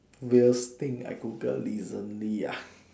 weirdest thing I Google recently ah